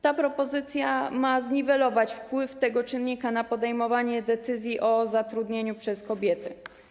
Ta propozycja ma zniwelować wpływ tego czynnika na podejmowanie decyzji o zatrudnieniu kobiety.